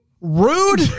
Rude